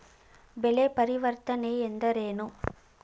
ಬೆಳೆ ಪರಿವರ್ತನೆ ಎಂದರೇನು?